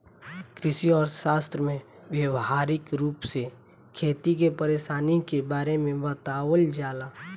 कृषि अर्थशास्त्र में व्यावहारिक रूप से खेती के परेशानी के बारे में बतावल जाला